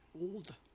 old